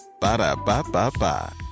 Ba-da-ba-ba-ba